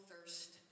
thirst